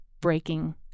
breaking